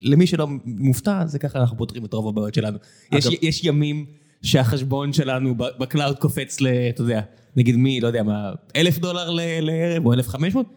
למי שלא... מופתע זה ככה אנחנו פותרים את רוב הבעיות שלנו. אגב, יש ימים שהחשבון שלנו ב-cloud קופץ לאתה יודע, נגיד מי, לא יודע מה, אלף דולר לערב או אלף חמש מאות?